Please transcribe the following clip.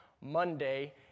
Monday